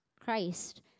Christ